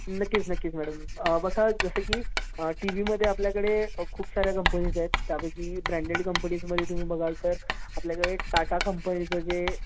नक्कीच नक्कीच मॅडम बघा जसं की टी व्ही मध्ये आपल्याकडे खूप साऱ्या कंपनीज आहेत त्यापेकी ब्रँडेड कंपनीजमध्ये तुम्ही बघाल तर आपल्याकडे टाटा कंपनीचं जे